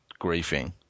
griefing